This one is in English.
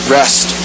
rest